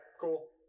cool